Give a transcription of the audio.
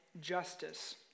justice